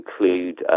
include